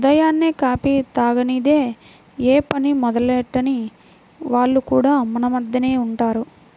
ఉదయాన్నే కాఫీ తాగనిదె యే పని మొదలెట్టని వాళ్లు కూడా మన మద్దెనే ఉంటారు